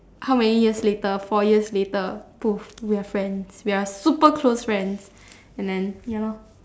how many years later four years later we are friends we are super close friends and then ya lor